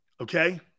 Okay